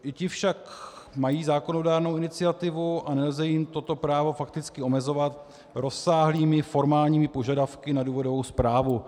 I ti však mají zákonodárnou iniciativu a nelze jim toto právo fakticky omezovat rozsáhlými formálními požadavky na důvodovou zprávu.